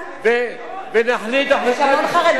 יש המון חרדים ב"מכון לב".